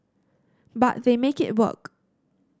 but they make it work